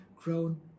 grown